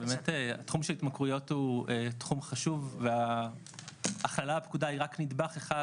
באמת התחום של התמכרויות הוא תחום חשוב וההכלה הפקודה היא רק נדבך אחד